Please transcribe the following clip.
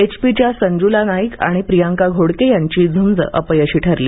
HP च्या संजूला नाईक आणि प्रियांका घोडके यांची झंज अपयशी ठरली